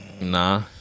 Nah